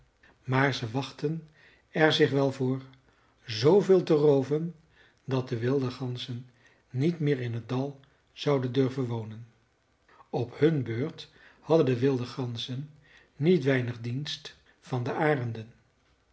maar ze wachtten er zich wel voor zveel te rooven dat de wilde ganzen niet meer in het dal zouden durven wonen op hun beurt hadden de wilde ganzen niet weinig dienst van de